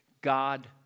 God